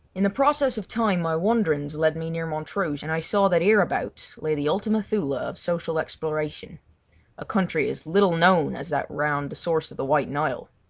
in the process of time my wanderings led me near montrouge, and i saw that hereabouts lay the ultima thule of social exploration a country as little known as that round the source of the white nile.